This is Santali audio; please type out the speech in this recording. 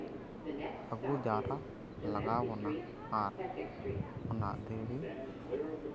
ᱟᱹᱜᱩ ᱡᱟᱣᱨᱟ ᱞᱟᱜᱟᱣ ᱵᱚᱱᱟ ᱟᱨ ᱚᱱᱟ ᱫᱷᱤᱨᱤ